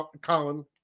Colin